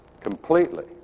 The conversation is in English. completely